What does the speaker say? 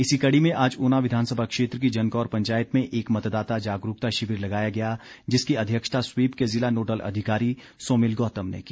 इसी कड़ी में आज ऊना विधानसभा क्षेत्र की जनकौर पंचायत में एक मतदाता जागरूकता शिविर लगाया गया जिसकी अध्यक्षता स्वीप के जिला नोडल अधिकारी सोमिल गौतम ने की